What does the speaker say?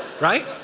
right